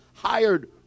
Hired